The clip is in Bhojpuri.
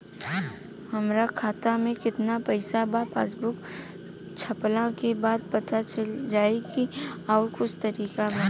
हमरा खाता में केतना पइसा बा पासबुक छपला के बाद पता चल जाई कि आउर कुछ तरिका बा?